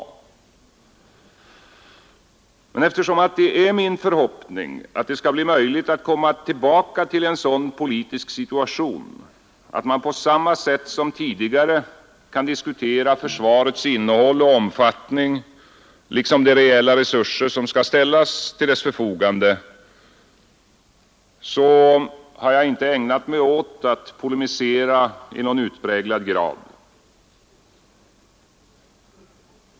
Men eftersom det är min förhoppning att det skall bli möjligt att komma tillbaka till en sådan politisk situation att man på samma sätt som tidigare kan diskutera försvarets innehåll och omfattning, liksom de reella resurser som skall ställas till dess förfogande, har jag inte ägnat mig åt att polemisera i någon utpräglad grad.